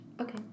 Okay